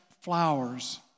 flowers